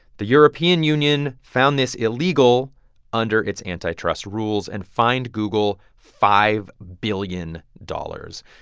the european union found this illegal under its antitrust rules and fined google five billion dollars.